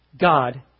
God